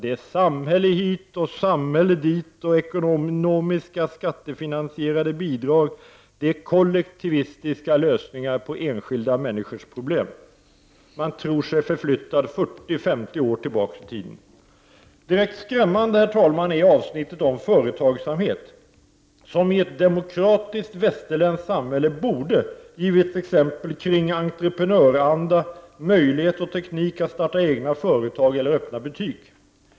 Det är samhälle hit och samhälle dit och ekonomiska, skattefinansierade bidrag och det är kollektivistiska lösningar på enskilda ungdomars problem. Man tror sig förflyttad 40 - 50 år tillbaka i tiden. Direkt skrämmande är avsnittet om företagsamhet, vilket i ett demokratiskt västerländskt samhälle borde givit exempel kring entreprenöranda, möjlighet och teknik att starta egna företag eller att öppna butik.